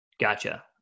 Gotcha